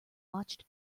watched